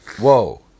whoa